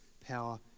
power